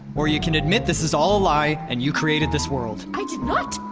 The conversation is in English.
or you can admit this is all a lie and you created this world i did not!